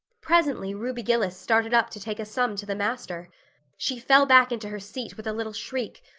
presently ruby gillis started up to take a sum to the master she fell back into her seat with a little shriek,